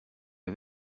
est